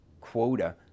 quota